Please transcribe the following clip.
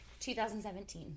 2017